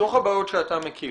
מתוך הבעיות שאתה מכיר,